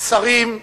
שרים,